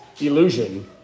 Illusion